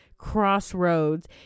Crossroads